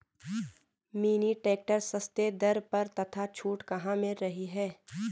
Mini tractor सस्ते दर पर तथा छूट कहाँ मिल रही है?